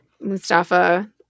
Mustafa